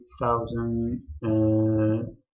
Thousand